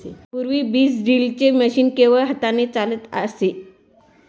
पूर्वी बीज ड्रिलचे मशीन केवळ हाताने चालत असे